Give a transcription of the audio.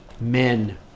men